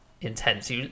intense